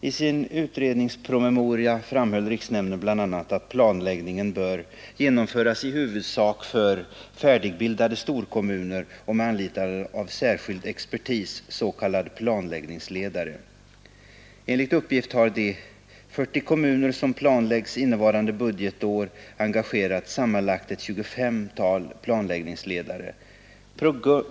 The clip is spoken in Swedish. I sin utredningspromemoria framhöll riksnämnden bl.a. att planläggningen bör genomföras i huvudsak för färdigbildade storkommuner och med anlitande av särskild expertis, s.k. planläggningsledare. Enligt uppgift har de 40 kommuner som planläggs innevarande budgetår engagerat sammanlagt ett 25-tal planläggningsledare.